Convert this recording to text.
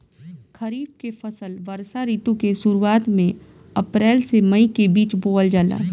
खरीफ के फसल वर्षा ऋतु के शुरुआत में अप्रैल से मई के बीच बोअल जाला